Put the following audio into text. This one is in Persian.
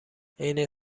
عین